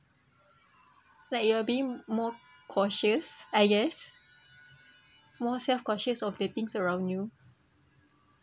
like you are being more cautious I guess more self conscious of the things around you